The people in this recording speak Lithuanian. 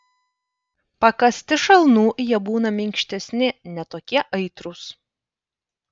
pakąsti šalnų jie būna minkštesni ne tokie aitrūs